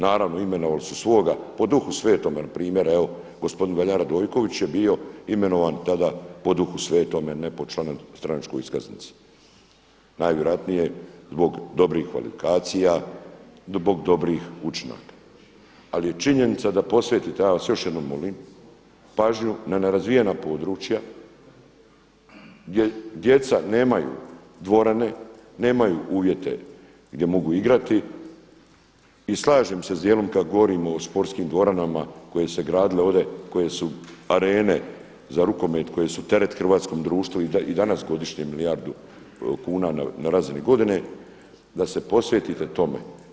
Naravno, imenovali su svoga po „Duhu Svetom“ gospodin Velja Radojković je bio imenovan tada po „Duhu Svetom“ a ne po stranačkoj iskaznici najvjerojatnije zbog dobrih kvalifikacija, zbog dobrih učinaka, ali je činjenica da posvetite, ja vas još jednom molim, na nerazvijena područja gdje djeca nemaju dvorane, nemaju uvjete gdje mogu igrati i slažem se s djelom kad govorimo o sportskim dvoranama koje su se gradile ovdje, arene za rukomet koje su teret hrvatskom društvu i danas godišnje milijardu kuna na razini godine, da se posvetite tome.